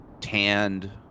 tanned